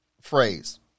phrase